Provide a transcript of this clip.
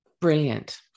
Brilliant